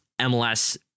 MLS